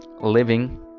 living